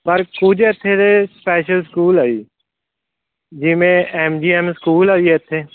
ਪਰ ਕੁਝ ਇੱਥੇ ਦੇ ਸਪੈਸ਼ਲ ਸਕੂਲ ਆ ਜੀ ਜਿਵੇਂ ਐਮ ਜੀ ਐਮ ਸਕੂਲ ਆ ਜੀ ਇੱਥੇ